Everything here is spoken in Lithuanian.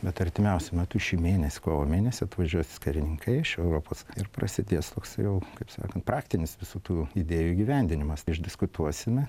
bet artimiausiu metu šį mėnesį kovo mėnesį atvažiuos karininkai iš europos ir prasidės toks jau kaip sakant praktinis visų tų idėjų įgyvendinimas išdiskutuosime